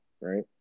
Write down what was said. right